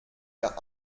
der